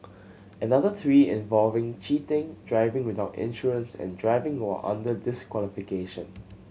another three involve cheating driving without insurance and driving while under disqualification